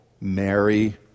Mary